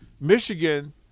Michigan